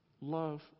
love